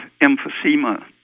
emphysema